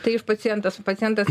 tai iš pacientas pacientas